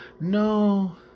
no